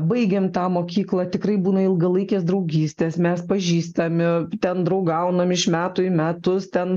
baigėm tą mokyklą tikrai būna ilgalaikės draugystės mes pažįstami ten draugaunam iš metų į metus ten